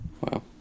Wow